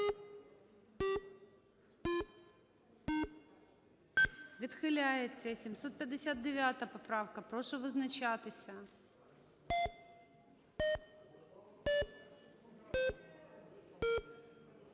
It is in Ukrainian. Відхиляється. 759 поправка. Прошу визначатися.